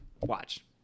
Watch